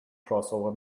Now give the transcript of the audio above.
crossover